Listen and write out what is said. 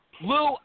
Lou